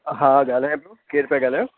हा ॻाल्हायां पियो केरु पिया ॻाल्हायो